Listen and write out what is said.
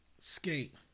skate